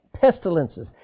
Pestilences